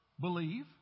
believe